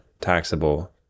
taxable